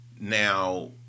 now